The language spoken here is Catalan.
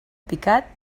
picat